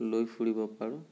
লৈ ফুৰিব পাৰোঁ